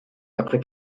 après